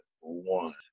one